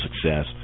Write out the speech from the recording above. success